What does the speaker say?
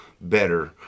better